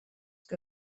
que